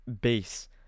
base